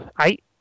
eight